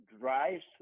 Drives